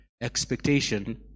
expectation